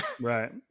Right